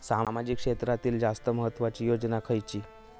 सामाजिक क्षेत्रांतील जास्त महत्त्वाची योजना खयची?